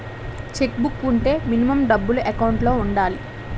Check book వుంటే minimum డబ్బులు account లో ఉండాలి?